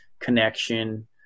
connection